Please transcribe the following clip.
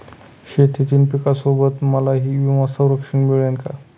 शेतीतील पिकासोबत मलाही विमा संरक्षण मिळेल का?